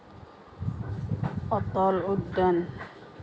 অটল উদ্যান